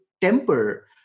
temper